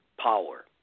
power